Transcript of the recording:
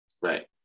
Right